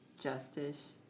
justice